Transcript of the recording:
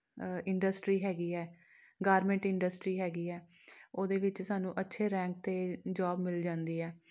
industry ਹੈਗੀ ਹੈ garment industry ਹੈਗੀ ਹੈ ਉਹਦੇ ਵਿੱਚ ਸਾਨੂੰ ਅੱਛੇ ਰੈਂਕ 'ਤੇ ਜੋਬ ਮਿਲ ਜਾਂਦੀ ਹੈ